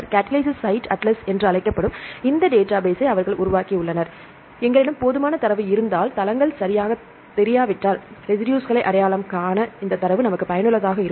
catalysis site atlas என்று அழைக்கப்படும் இந்த டேட்டாபேஸ்ஸை அவர்கள் உருவாக்கியுள்ளனர் எங்களிடம் போதுமான தரவு இருந்தால் தளங்கள் சரியாகத் தெரியாவிட்டால் ரெசிடுஸ்களை அடையாளம் காண இந்தத் தரவு நமக்கு பயனுள்ளதாக இருக்கும்